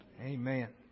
amen